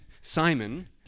Simon